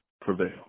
prevail